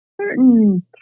certain